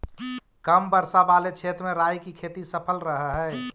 कम वर्षा वाले क्षेत्र में राई की खेती सफल रहअ हई